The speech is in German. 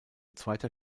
zweiter